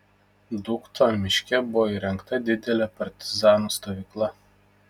dūkto miške buvo įrengta didelė partizanų stovykla